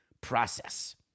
process